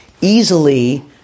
easily